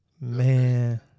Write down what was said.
Man